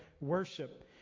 worship